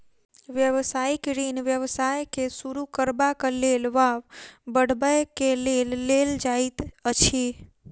व्यवसायिक ऋण व्यवसाय के शुरू करबाक लेल वा बढ़बय के लेल लेल जाइत अछि